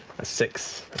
a six,